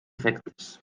efectes